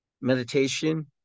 meditation